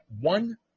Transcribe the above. one